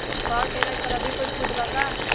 Power tiller पर अभी कोई छुट बा का?